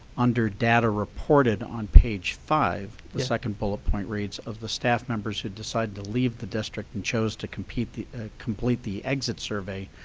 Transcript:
under data reported, on page five, the second bullet point reads, of the staff members who decide to leave the district and chose to complete the ah complete the exit survey,